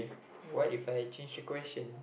what If I change the question